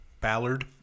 Ballard